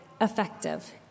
effective